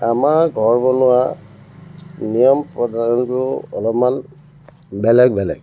আমাৰ ঘৰ বনোৱা নিয়ম প্ৰধানকৈ অলপমান বেলেগ বেলেগ